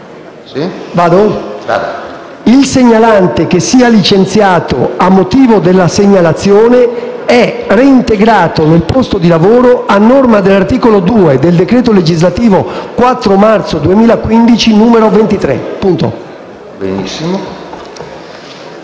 «Il segnalante che sia licenziato a motivo della segnalazione è reintegrato nel posto di lavoro, a norma dell'articolo 2 del decreto legislativo 4 marzo 2015, n. 23».